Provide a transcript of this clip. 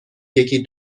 یکی